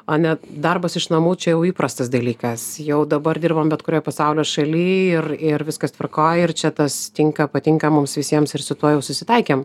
ane darbas iš namų čia jau įprastas dalykas jau dabar dirbam bet kurioj pasaulio šaly ir ir viskas tvarkoj ir čia tas tinka patinka mums visiems ir su tuo jau susitaikėm